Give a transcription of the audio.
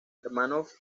hermanos